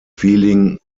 feeling